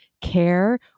care